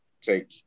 take